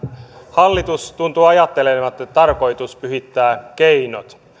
hallitus tuntuu ajattelevan että tarkoitus pyhittää keinot